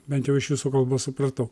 bent jau iš jūsų kalbos supratau